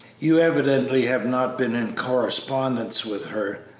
you evidently have not been in correspondence with her,